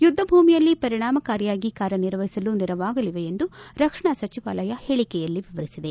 ಯುದ್ದ ಭೂಮಿಯಲ್ಲಿ ಪರಿಣಾಮಕಾರಿಯಾಗಿ ಕಾರ್ಯ ನಿರ್ವಹಿಸಲು ನೆರವಾಗಲಿವೆ ಎಂದು ರಕ್ಷಣಾ ಸಚಿವಾಲಯ ಹೇಳಿಕೆಯಲ್ಲಿ ವಿವರಿಸಿದೆ